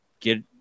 get